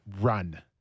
run